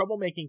troublemaking